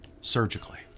Surgically